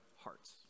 hearts